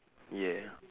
yeah